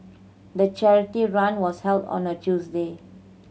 the charity run was held on a Tuesday